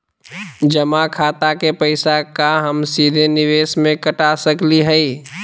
जमा खाता के पैसा का हम सीधे निवेस में कटा सकली हई?